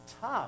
tough